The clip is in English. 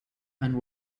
and